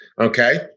Okay